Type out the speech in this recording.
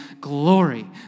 glory